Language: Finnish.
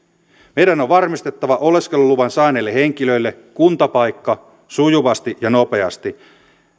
meidän on varmistettava oleskeluluvan saaneille henkilöille kuntapaikka sujuvasti ja nopeasti